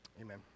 Amen